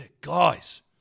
Guys